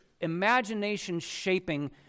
imagination-shaping